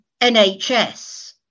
NHS